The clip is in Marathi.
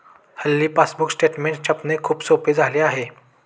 हल्ली पासबुक स्टेटमेंट छापणे खूप सोपे झाले आहे